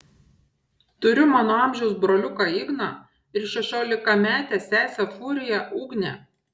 turiu mano amžiaus broliuką igną ir šešiolikametę sesę furiją ugnę